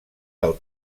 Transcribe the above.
del